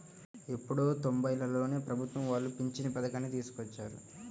ఎప్పుడో తొంబైలలోనే ప్రభుత్వం వాళ్ళు పింఛను పథకాన్ని తీసుకొచ్చారు